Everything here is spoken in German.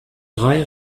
drei